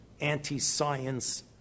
anti-science